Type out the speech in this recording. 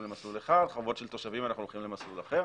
למסלול אחד וחובות של תושבים הולכים למסלול אחר.